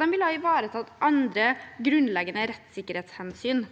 det ville ivaretatt andre grunnleggende rettssikkerhetshensyn.